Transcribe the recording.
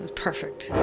perfect.